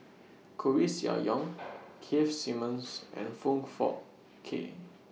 Koeh Sia Yong Keith Simmons and Foong Fook Kay